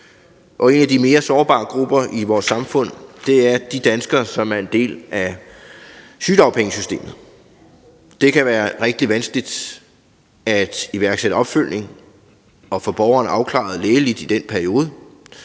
En af de mere sårbare grupper i vores samfund er de danskere, som er en del af sygedagpengesystemet. Det kan være rigtig vanskeligt at iværksætte opfølgning og få borgeren afklaret lægeligt i den her periode,